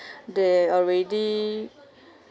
they already